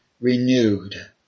renewed